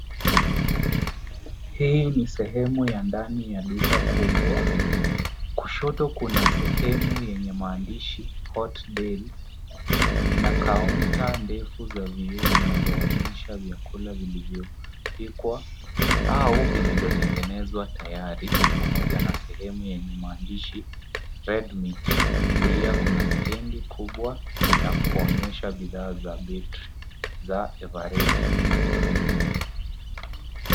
Hii ni sehemu ya ndani ya duka kubwa. Kushoto kuna sehemu yenye maandishi Hot Deli na kaunta ndefu za vioo zinazoonyesha vyakula vilivyopikwa au vilivyo tengenezwa tayari pamoja na sehemu yenye maandishi Red meat . Kulia kuna stendi kubwa ya kuonyesha bidhaa za battery za ever ready .